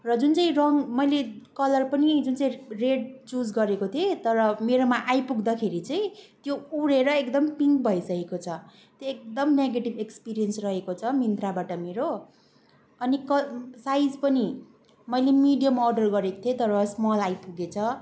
र जुन चाहिँ रङ मैले कलर पनि जुन चाहिँ रेड चुज गरेको थिएँ तर मेरोमा आइपुग्दाखेरि चाहिँ त्यो उडेर एकदम पिङ्क भइसकेको छ त्यो एकदम नेगेटिभ एक्सपिरियन्स रहेको छ मिन्त्राबाट मेरो अनि क साइज पनि मैले मिडियम अर्डर गरेको थिएँ तर स्मल आइपुगेछ